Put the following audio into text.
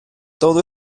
todo